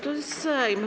To jest Sejm.